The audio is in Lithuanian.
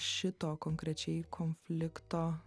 šito konkrečiai konflikto